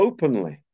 Openly